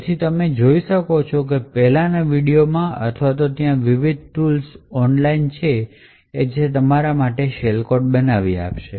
તેથી તમે જોઈ શકો છો પહેલાની વિડિઓ અથવા ત્યાં વિવિધ ટૂલ્સ onlineનલાઇન છે જે તમારા માટે આ શેલ કોડ બનાવે છે